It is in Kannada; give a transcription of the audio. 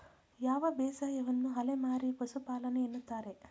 ಯಾವ ಬೇಸಾಯವನ್ನು ಅಲೆಮಾರಿ ಪಶುಪಾಲನೆ ಎನ್ನುತ್ತಾರೆ?